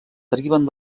deriven